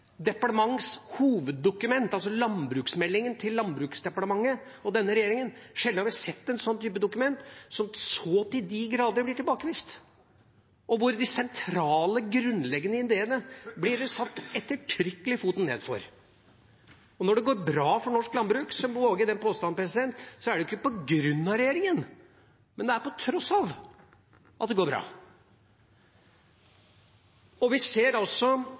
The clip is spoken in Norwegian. departements hoveddokument, altså landbruksmeldinga til Landbruksdepartementet og denne regjeringa, som så til de grader blir tilbakevist, og hvor foten blir satt ettertrykkelig ned for de sentrale grunnleggende ideene. Når det går bra for norsk landbruk, våger jeg den påstand at det er ikke på grunn av regjeringa, men det er på tross av regjeringa at det går bra. Vi ser